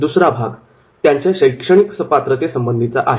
दुसरा भाग त्यांच्या शैक्षणिक पात्रतेचे संबंधीचा आहे